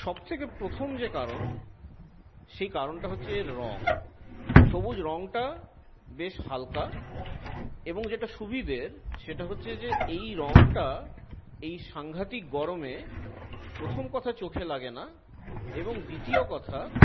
সবথেকে প্রথম যে কারণ সে কারণটা হচ্ছে এর রং সবুজ রংটা বেশ হালকা এবং যেটা সুবিধের সেটা হচ্ছে যে এই রংটা এই সাঙ্ঘাতিক গরমে প্রথম কথা চোখে লাগে না এবং দ্বিতীয় কথা